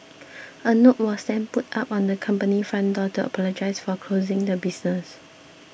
a note was then put up on the company's front door to apologise for closing the business